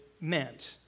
meant